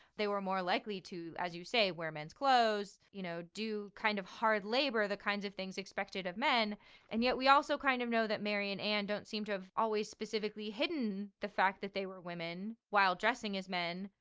they were more likely to, as you say, wear men's clothes, you know, do kind of hard labor, the kinds of things expected of men and yet we also kind of know that mary and anne don't seem to have always specifically hidden the fact that they were women while dressing as men.